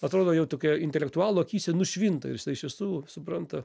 atrodo jau tokia intelektualų akyse nušvinta ir jisai iš tiesų supranta